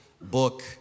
book